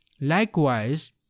likewise